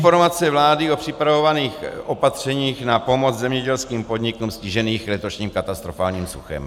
Informace vlády o připravovaných opatřeních na pomoc zemědělským podnikům stiženým letošním katastrofálním suchem.